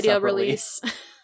release